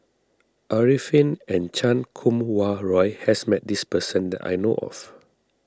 Arifin and Chan Kum Wah Roy has met this person that I know of